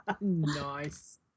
Nice